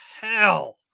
hell